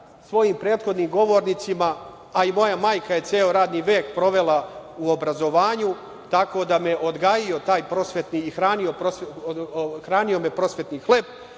svojim prethodnim govornicima, a i moja majka je ceo radni vek provela u obrazovanju, tako da me je othranio prosvetni hleb,